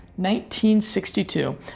1962